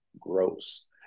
gross